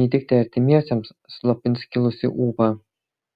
neįtikti artimiesiems slopins kilusį ūpą